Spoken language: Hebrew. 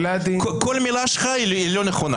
כל מילה שלך לא נכונה.